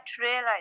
realize